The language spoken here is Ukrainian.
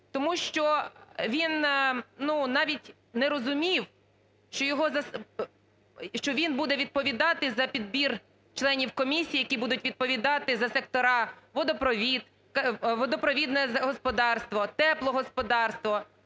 Тому що він, ну, навіть не розумів, що він буде відповідати за підбір членів комісій, які будуть відповідати за сектора: водопровідне господарство, теплогосподарство.